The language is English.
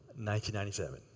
1997